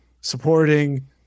supporting